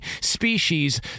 species